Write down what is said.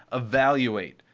evaluate.